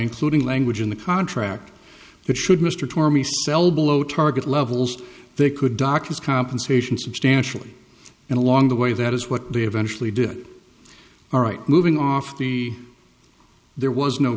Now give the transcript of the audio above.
including language in the contract that should mr torre me sell below target levels they could doctors compensation substantially and along the way that is what they eventually did all right moving off the there was no